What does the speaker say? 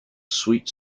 sweet